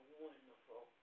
wonderful